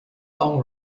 long